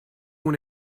want